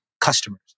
customers